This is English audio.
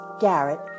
Garrett